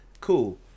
Cool